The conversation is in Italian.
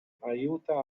aiuta